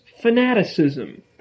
fanaticism